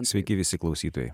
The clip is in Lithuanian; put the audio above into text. sveiki visi klausytojai